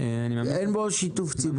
אין בו שיתוף ציבור,